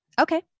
Okay